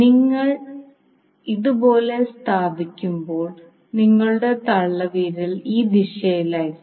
നിങ്ങൾ ഇതുപോലെ സ്ഥാപിക്കുമ്പോൾ നിങ്ങളുടെ തള്ളവിരൽ ഈ ദിശയിലായിരിക്കും